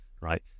right